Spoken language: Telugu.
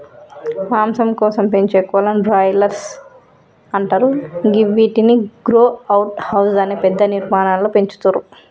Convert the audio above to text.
మాంసం కోసం పెంచే కోళ్లను బ్రాయిలర్స్ అంటరు గివ్విటిని గ్రో అవుట్ హౌస్ అనే పెద్ద నిర్మాణాలలో పెంచుతుర్రు